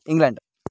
England